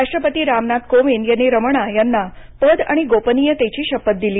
राष्ट्रपती रामनाथ कोविंद यांनी रमणा यांना पद आणि गोपनीयतेची शपथ दिली